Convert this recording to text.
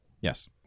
Yes